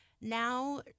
Now